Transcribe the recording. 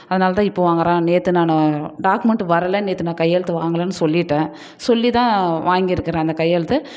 அதனால தான் இப்போ வாங்குகிறேன் நேற்று நான் டாக்குமெண்ட்டு வரலை நேற்று நான் கையெழுத்து வாங்கலைனு சொல்லிவிட்டேன் சொல்லி தான் வாங்கிருக்கிறேன் அந்த கையெழுத்து